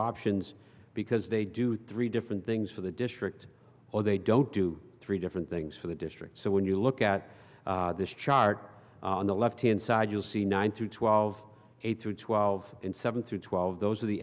options because they do three different things for the district or they don't do three different things for the district so when you look at this chart on the left hand side you'll see nine through twelve eight through twelve and seven through twelve those are the